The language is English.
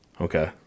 Okay